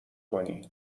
کنی